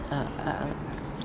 uh uh uh